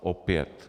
Opět.